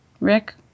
Rick